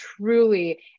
truly